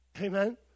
Amen